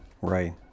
right